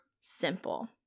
simple